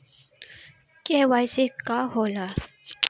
KYC का होला?